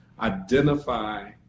identify